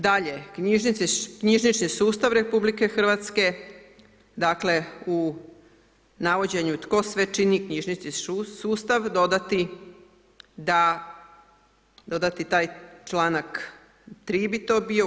Dalje, knjižnični sustav RH dakle, u navođenju tko sve čini knjižnični sustav dodati da, dodati taj članak 3. bi to bio.